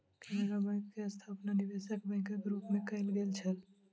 Canara bank के स्थापना निवेशक बैंकक रूप मे कयल गेल छल